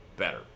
better